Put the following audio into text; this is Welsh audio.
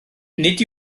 nid